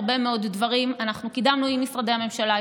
הרבה מאוד דברים קידמנו עם משרדי הממשלה.